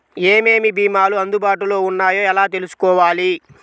ఏమేమి భీమాలు అందుబాటులో వున్నాయో ఎలా తెలుసుకోవాలి?